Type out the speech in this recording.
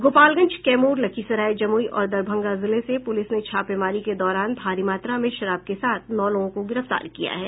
गोपालगंज कैमूर लखीसराय जमुई और दरभंगा जिले से पुलिस ने छापेमारी के दौरान भारी मात्रा में शराब के साथ नौ लोगों को गिरफ्तार किया है